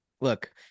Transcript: look